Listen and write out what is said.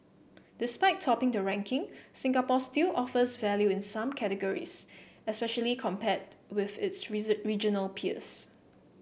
despite topping the ranking Singapore still offers value in some categories especially compared with its regional peers